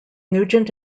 nugent